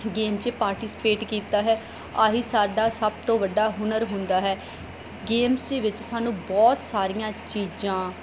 game 'ਚ participate ਕੀਤਾ ਹੈ ਆਹੀ ਸਾਡਾ ਸਭ ਤੋਂ ਵੱਡਾ ਹੁਨਰ ਹੁੰਦਾ ਹੈ ਗੇਮਸ ਦੇ ਵਿੱਚ ਸਾਨੂੰ ਬਹੁਤ ਸਾਰੀਆਂ ਚੀਜ਼ਾਂ